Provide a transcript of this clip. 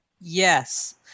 Yes